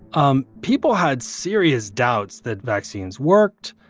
um people had serious doubts that vaccines worked.